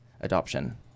adoption